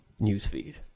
newsfeed